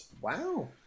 Wow